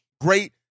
great